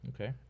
Okay